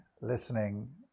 listening